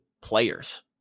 players